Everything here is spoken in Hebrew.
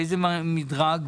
באיזה מדרג?